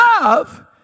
love